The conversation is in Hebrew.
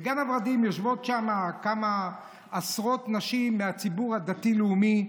בגן הוורדים יושבות שם כמה עשרות נשים מהציבור הדתי-לאומי,